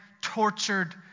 tortured